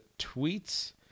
tweets